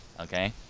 Okay